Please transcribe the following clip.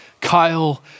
Kyle